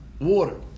water